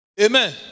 Amen